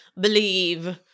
believe